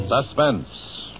Suspense